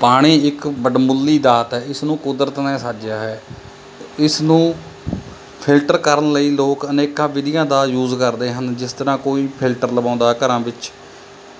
ਪਾਣੀ ਇੱਕ ਵਢਮੁੱਲੀ ਦਾਤ ਹੈ ਇਸ ਨੂੰ ਕੁਦਰਤ ਨੇ ਸਾਜਿਆ ਹੈ ਇਸ ਨੂੰ ਫਿਲਟਰ ਕਰਨ ਲਈ ਲੋਕ ਅਨੇਕਾਂ ਵਿਧੀਆਂ ਦਾ ਯੂਜ਼ ਕਰਦੇ ਹਨ ਜਿਸ ਤਰ੍ਹਾਂ ਕੋਈ ਫਿਲਟਰ ਲਗਵਾਉਂਦਾ ਹੈ ਘਰਾਂ ਵਿੱਚ